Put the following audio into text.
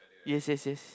yes yes yes